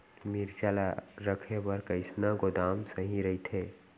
मिरचा ला रखे बर कईसना गोदाम सही रइथे?